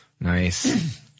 Nice